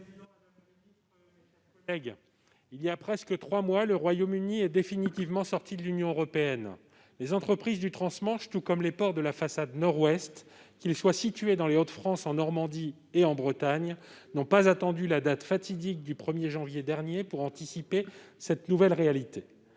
Voilà presque trois mois que le Royaume-Uni est définitivement sorti de l'Union européenne. Les entreprises du trans-Manche, tout comme les ports de la façade Nord-Ouest, qu'ils soient situés dans les Hauts-de-France, en Normandie ou en Bretagne, n'ont pas attendu la date fatidique du 1 janvier dernier pour anticiper cette nouvelle réalité.